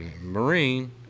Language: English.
Marine